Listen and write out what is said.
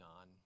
on